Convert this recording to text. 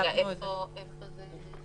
איפה זה?